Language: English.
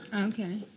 Okay